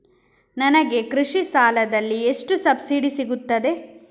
ನನಗೆ ಕೃಷಿ ಸಾಲದಲ್ಲಿ ಎಷ್ಟು ಸಬ್ಸಿಡಿ ಸೀಗುತ್ತದೆ?